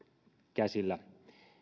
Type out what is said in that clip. käsillä